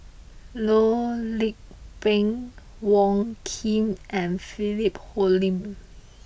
Loh Lik Peng Wong Keen and Philip Hoalim